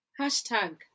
Hashtag